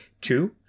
Two